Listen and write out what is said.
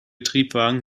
triebwagen